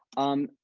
um,